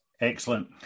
Excellent